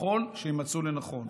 ככל שיימצאו לנכון.